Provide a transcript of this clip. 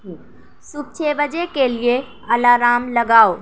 صبح چھ بجے کے لیے الارم لگاؤ